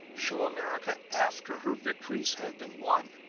show america after her victories have been won,